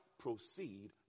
proceed